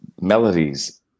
Melodies